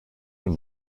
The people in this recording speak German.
und